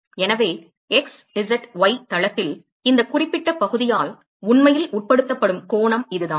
எனவே x z y தளத்தில் இந்த குறிப்பிட்ட பகுதியால் உண்மையில் உட்படுத்தப்படும் கோணம் இதுதான்